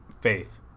faith